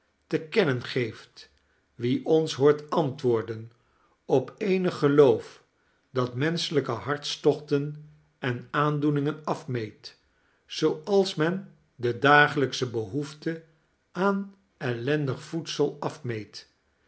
te kennen geeft wie ons hoort antwoorden op eenig geloof dat menschelijke hartstochten en aandoeningen afmeet zooals men de dagelijksche behoefte aan ellendig voedsel afmeet